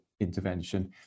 intervention